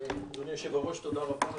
אדוני היושב-ראש, תודה רבה לך.